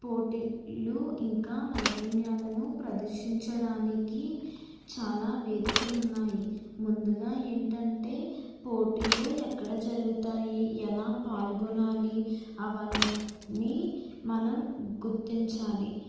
పోటీలు ఇంకా నైపుణ్యాలను ప్రదర్శించడానికి చాలా వేదికలు ఉన్నాయి ముందుగా ఏంటంటే పోటీలు ఎక్కడ జరుగుతాయి ఎలా పాల్గొనాలి అవన్ని మనం గుర్తించాలి